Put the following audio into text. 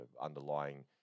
underlying